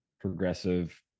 progressive